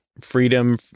freedom